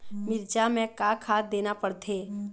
मिरचा मे का खाद देना पड़थे?